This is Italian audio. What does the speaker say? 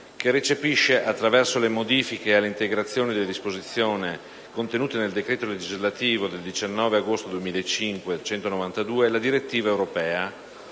che recepisce, attraverso le modifiche e le integrazioni alle disposizioni contenute nel decreto-legislativo 19 agosto 2005, n. 192, la direttiva europea